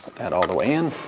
that all the way in.